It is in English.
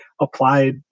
applied